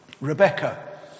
Rebecca